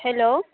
hello